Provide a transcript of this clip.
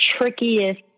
trickiest